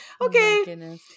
Okay